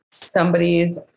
somebody's